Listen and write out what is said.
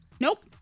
Nope